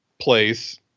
place